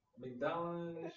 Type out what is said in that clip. McDonald's